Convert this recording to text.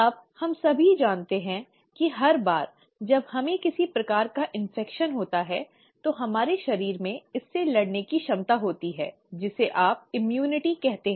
अब हम सभी जानते हैं कि हर बार जब हमें किसी प्रकार का संक्रमण होता है तो हमारे शरीर में इससे लड़ने की क्षमता होती है जिसे आप प्रतिरक्षा कहते हैं